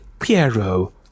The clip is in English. Piero